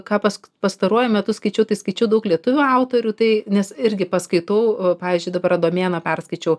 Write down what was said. ką pas pastaruoju metu skaičiau tai skaičiau daug lietuvių autorių tai nes irgi paskaitau pavyzdžiui dabar adomėną perskaičiau